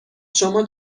شما